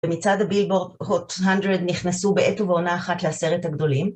ומצד ה-Billboard Hot 100 נכנסו בעת ובעונה אחת לעשרת הגדולים.